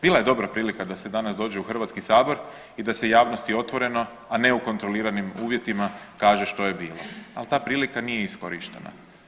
Bila je dobra prilika da se danas dođe u Hrvatski sabor i da se javnosti otvoreno, a ne u kontroliranim uvjetima kaže što je bilo, ali ta prilika nije iskorištena.